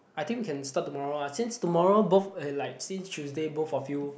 I think we can start tomorrow ah since tomorrow both uh like since Tuesday both of you